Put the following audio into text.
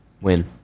Win